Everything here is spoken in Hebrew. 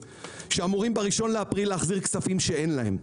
שאמורים ב-1 באפריל להחזיר כספים שאין להם,